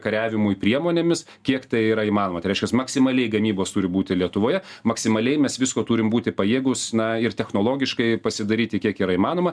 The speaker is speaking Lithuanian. kariavimui priemonėmis kiek tai yra įmanoma tai reiškias maksimaliai gamybos turi būti lietuvoje maksimaliai mes visko turim būti pajėgūs na ir technologiškai pasidaryti kiek yra įmanoma